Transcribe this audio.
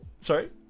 Sorry